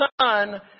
son